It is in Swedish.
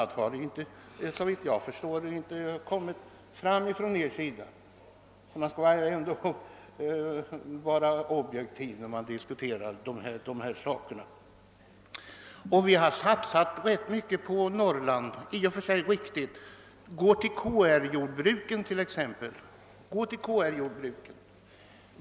Något annat förslag har inte, såvitt jag förstår, framförts från er sida. Man får väl ändå vara objektiv när man diskuterar dessa frågor. Det har satsats mycket på Norrland, vilket i och för sig är riktigt. Se t.ex. på KR-jordbruken.